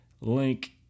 link